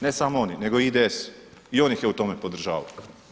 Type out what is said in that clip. Ne samo oni, nego i IDS i on ih je u tome podržavao.